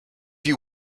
you